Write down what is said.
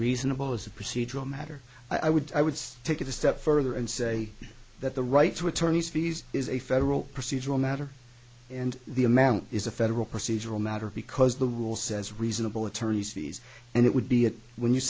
reasonable as a procedural matter i would i would stake it a step further and say that the right to attorney's fees is a federal procedural matter and the amount is a federal procedural matter because the rule says reasonable attorneys fees and it would be it when you